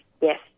Yes